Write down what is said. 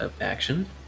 action